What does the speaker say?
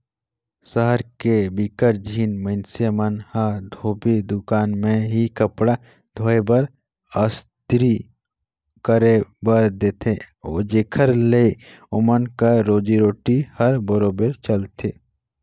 सहर के बिकट झिन मइनसे मन ह धोबी दुकान में ही कपड़ा धोए बर, अस्तरी करे बर देथे जेखर ले ओमन कर रोजी रोटी हर बरोबेर चलथे